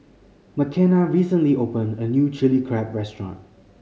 Makenna recently opened a new Chilli Crab restaurant